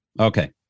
Okay